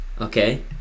okay